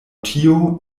tio